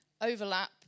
overlap